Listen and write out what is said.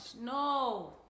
No